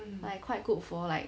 like quite good for like